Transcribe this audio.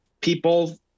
people